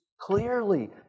clearly